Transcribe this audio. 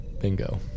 Bingo